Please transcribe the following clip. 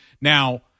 Now